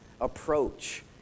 approach